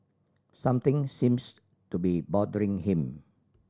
something seems to be bothering him